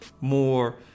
more